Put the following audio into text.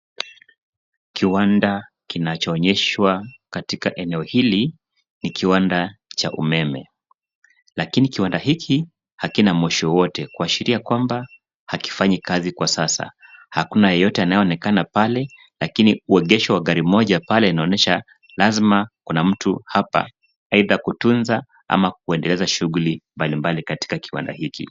Kiwanda kinacho onyeshwa katika eneo hili ni kiwanda cha umeme. Lakini kiwanda hiki hakina moshi wowote kuashiria kwamba hakifanyi kazi kwa sasa. Hakuna yeyote anaye onekena pale lakini uegesho wa gari moja pale unaonyesha lazima kuna mtu hapa aitha kutunza ama kuendeleza shughuli mbali mbali katika kiwanda hiki.